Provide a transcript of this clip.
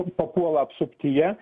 papuola apsuptyje